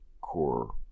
core